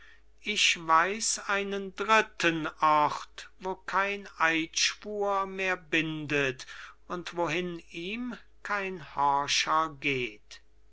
ich weiß einen dritten ort wo kein eidschwur mehr bindet und wohin ihm kein horcher geht